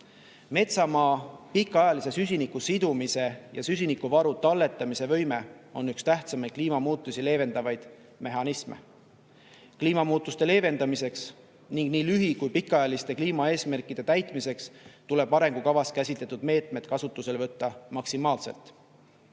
põlengud. Metsamaa pikaajalise süsinikusidumise ja süsinikuvaru talletamise võime on üks tähtsamaid kliimamuutusi leevendavaid mehhanisme. Kliimamuutuste leevendamiseks ning nii lühi- kui ka pikaajaliste kliimaeesmärkide täitmiseks tuleb arengukavas käsitletud meetmed kasutusele võtta maksimaalselt.